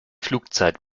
flugzeit